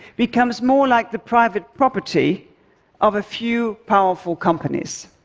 become more like the private property of a few powerful companies.